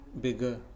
Bigger